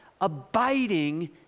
abiding